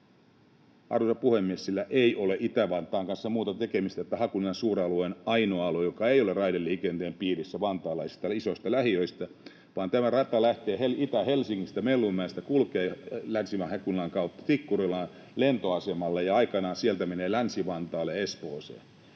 Arvoisa puhemies, sillä ei ole Itä-Vantaan kanssa muuta tekemistä kuin se, että Hakunilan suuralue on ainoa alue vantaalaisista isoista lähiöistä, joka ei ole raideliikenteen piirissä, vaan tämä rata lähtee Itä-Helsingistä Mellunmäestä, kulkee Länsi-Hakunilan kautta Tikkurilaan lentoasemalle ja aikanaan sieltä menee Länsi-Vantaalle ja Espooseen.